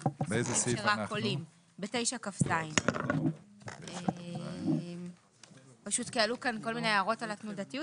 אנחנו בסעיף 9כז. אני אומרת זאת כי עלו כאן כל מיני הערות על התנודתיות.